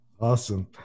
Awesome